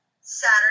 Saturday